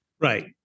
Right